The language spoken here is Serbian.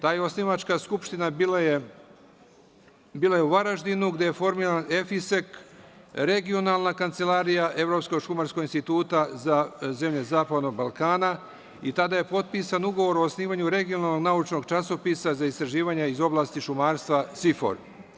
Ta osnivačka skupština je bila u Varaždinu, gde je formiran EFISEK, regionalna kancelarija Evropskog šumarskog instituta za zemlje zapadnog Balkana i tada je potpisan ugovor o osnivanju regionalnog naučnog časopisa za istraživanja iz oblasti šumarstva SIFOR.